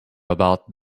about